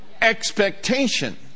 expectation